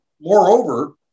moreover